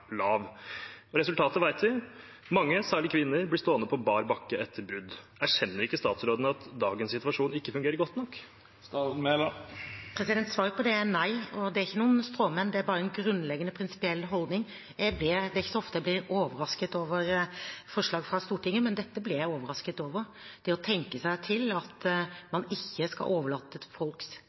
lav. Resultatet vet vi. Mange, særlig kvinner, blir stående på bar bakke etter brudd. Erkjenner ikke statsråden at dagens situasjon ikke fungerer godt nok? Svaret på det er nei. Og det er ikke noen stråmenn, det er bare en grunnleggende prinsipiell holdning. Det er ikke så ofte jeg blir overrasket over forslag fra Stortinget, men dette ble jeg overrasket over – å tenke seg at man ikke skal overlate til folks